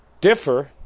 differ